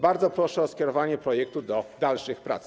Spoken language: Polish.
Bardzo proszę o skierowanie projektu do dalszych prac.